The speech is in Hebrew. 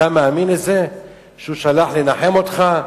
אתה מאמין שהוא שלח לנחם אותך?